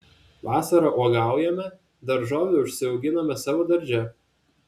vasarą uogaujame daržovių užsiauginame savo darže